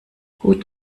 gut